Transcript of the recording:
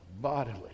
bodily